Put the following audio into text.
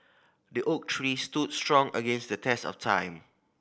the oak tree stood strong against the test of time